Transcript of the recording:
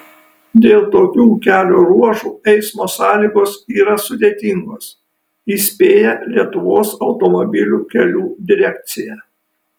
dėl tokių kelio ruožų eismo sąlygos yra sudėtingos įspėja lietuvos automobilių kelių direkcija